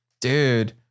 Dude